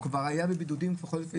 הוא כבר היה בבידוד שבועיים.